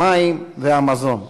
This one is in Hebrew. המים והמזון.